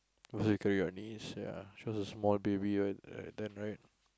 oh so you carry your niece ya she was a small baby at at then right